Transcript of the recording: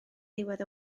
ddiwedd